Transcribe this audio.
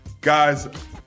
Guys